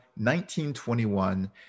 1921